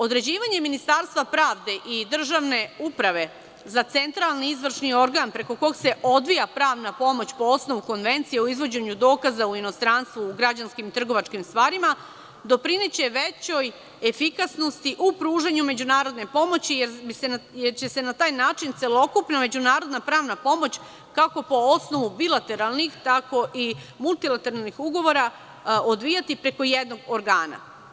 Određivanjem Ministarstva pravde i državne uprave za centralni izvršni organ, preko kog se odvija pravna pomoć po osnovu Konvencije o izvođenju dokaza u inostranstvu u građanskim i trgovačkim stvarima, doprineće većoj efikasnosti u pružanju međunarodne pomoći, jer će se na taj način celokupna međunarodna-pravna pomoć, kako po osnovu bilateralnih tako i multilateralnih ugovora odvijati preko jednog organa.